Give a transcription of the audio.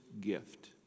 gift